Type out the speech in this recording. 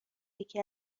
یکی